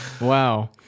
Wow